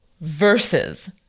versus